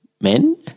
Men